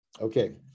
Okay